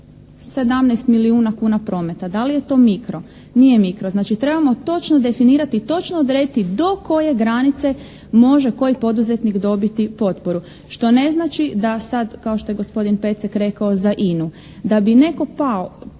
milijuna kuna prometa. Da li je to mikro? Nije mikro. Znači, trebamo točno definirati, točno odrediti do koje granice može koji poduzetnik dobiti potporu što ne znači da sada kao što je gospodin Pecek rekao za INA-u. Da bi netko potpao